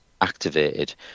activated